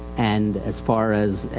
and as far as,